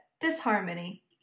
disharmony